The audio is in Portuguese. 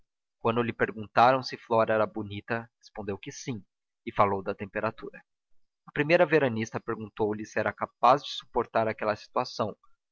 quando lhe perguntaram se flora era bonita respondeu que sim e falou da temperatura a primeira veranista perguntou-lhe se era capaz de suportar aquela situação